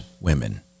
women